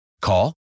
Call